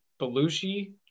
Belushi